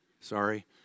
Sorry